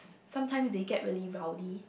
sometime they get really rowdy